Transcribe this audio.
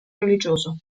religioso